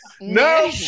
no